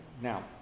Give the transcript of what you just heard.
Now